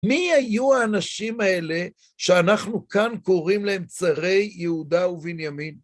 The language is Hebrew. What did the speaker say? מי היו האנשים האלה שאנחנו כאן קוראים להם צרי יהודה ובנימין?